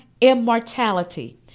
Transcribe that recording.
immortality